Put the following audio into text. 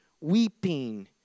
weeping